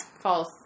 false